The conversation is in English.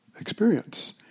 experience